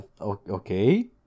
okay